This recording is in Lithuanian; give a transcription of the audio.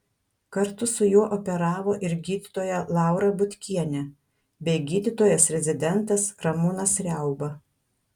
kartu su juo operavo ir gydytoja laura butkienė bei gydytojas rezidentas ramūnas riauba